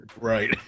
Right